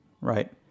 right